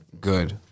Good